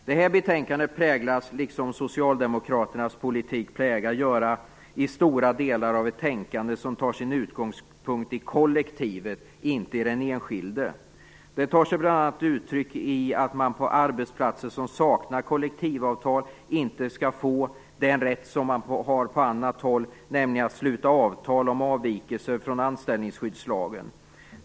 Det här betänkandet präglas, liksom Socialdemokraternas politik plägar göra, i stora delar av ett tänkande som tar sin utgångspunkt i kollektivet, inte i den enskilde. Det tar sig bl.a. uttryck i att man på arbetsplatser som saknar kollektivavtal inte skall få den rätt man har på annat håll, nämligen att sluta avtal om avvikelser från anställningsskyddslagen.